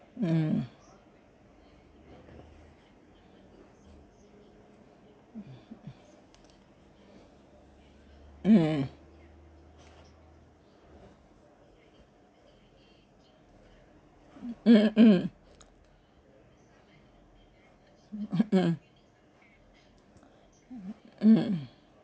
mm mm mm mm hmm mm